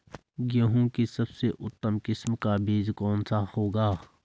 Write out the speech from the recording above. गेहूँ की सबसे उत्तम किस्म का बीज कौन सा होगा?